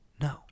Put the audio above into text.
No